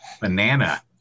banana